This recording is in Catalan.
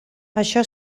això